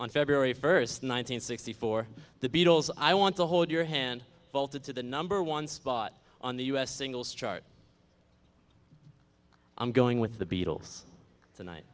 on february first nine hundred sixty four the beatles i want to hold your hand vaulted to the number one spot on the u s singles chart i'm going with the beatles tonight